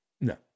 no